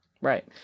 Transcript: Right